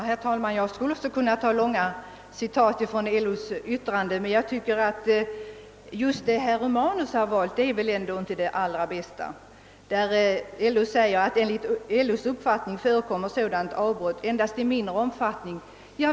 Herr talman! Jag skulle också kunna anföra långa citat ur LO:s yttrande, men just det som herr Romnus valde är väl inte det allra bästa. LO säger alltså att enligt dess mening förekommer sådana avbrott endast i mindre omfattning.